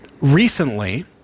Recently